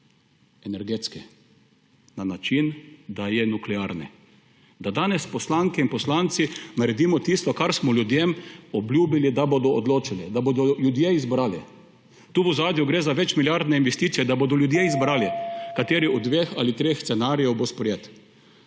energetski na način, da je nuklearen. Da danes poslanke in poslanci naredimo tisto, kar smo ljudem obljubili, da bodo odločali, da bodo ljudje izbrali – tu gre v ozadju za večmilijardne investicije –, da bodo ljudje izbrali, kateri od dveh ali treh scenarijev bo sprejet.